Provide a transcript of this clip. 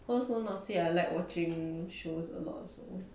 cause also not say I like watching shows a lot also